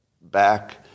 back